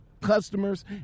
customers